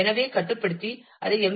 எனவே கட்டுப்படுத்தி அதை எம்